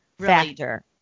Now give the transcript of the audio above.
factor